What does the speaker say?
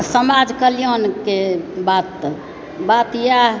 समाज कल्याणके बात तऽ बात इएह